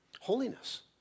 holiness